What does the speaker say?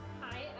Hi